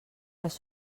les